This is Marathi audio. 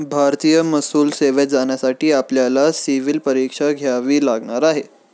भारतीय महसूल सेवेत जाण्यासाठी आपल्याला सिव्हील परीक्षा द्यावी लागणार आहे